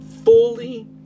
Fully